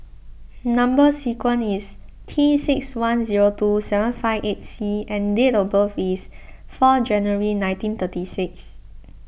Number Sequence is T six one zero two seven five eight C and date of birth is four January nineteen thirty six